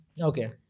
Okay